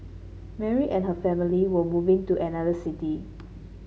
Mary and her family were moving to another city